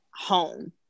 home